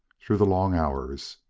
through the long hours.